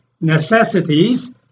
necessities